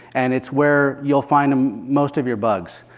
and it's where you'll find um most of your bugs.